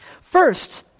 First